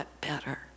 better